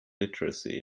literacy